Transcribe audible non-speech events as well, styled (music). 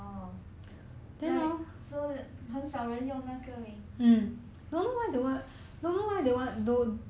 so 很少人用那个 leh (laughs)